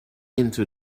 into